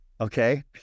okay